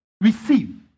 Receive